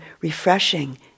refreshing